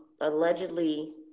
allegedly